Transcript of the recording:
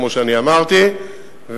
כמו שאמרתי,